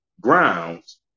grounds